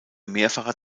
mehrfacher